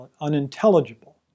unintelligible